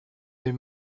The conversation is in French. des